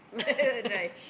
let her drive